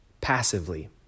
passively